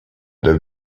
der